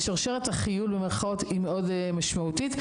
"שרשרת החיול" היא מאוד משמעותית.